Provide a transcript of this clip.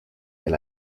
del